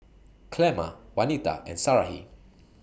Clemma Waneta and Sarahi